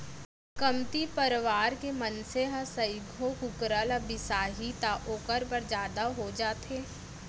कमती परवार के मनसे ह सइघो कुकरा ल बिसाही त ओकर बर जादा हो जाथे